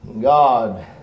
God